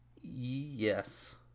Yes